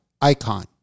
icon